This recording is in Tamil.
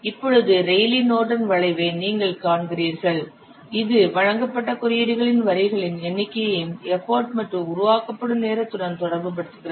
இப்பொழுது ரெய்லீ நோர்டன் வளைவை நீங்கள் காண்கிறீர்கள் இது வழங்கப்பட்ட குறியீடுகளின் வரிகளின் எண்ணிக்கையையும் எஃபர்ட் மற்றும் உருவாக்கப்படும் நேரத்துடன் தொடர்புபடுத்துகிறது